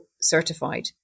certified